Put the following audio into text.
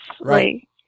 Right